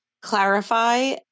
clarify